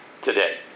today